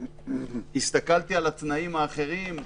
הסתכלתי על התנאים האחרים,